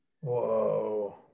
Whoa